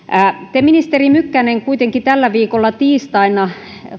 te ministeri mykkänen kuitenkin tällä viikolla tiistaina